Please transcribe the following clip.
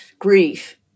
Grief